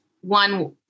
one